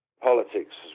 politics